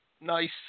nice